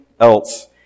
else